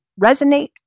resonate